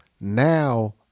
now